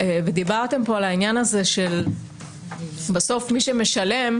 ודיברתם פה על העניין הזה של בסוף מי שמשלם.